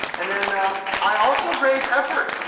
and then i also grade effort,